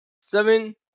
seven